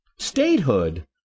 Statehood